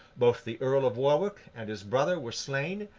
both the earl of warwick and his brother were slain,